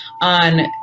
on